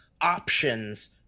options